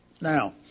Now